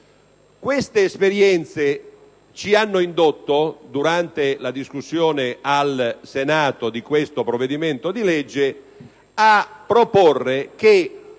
Queste esperienze ci hanno indotto, durante la discussione al Senato di questo provvedimento, a proporre che,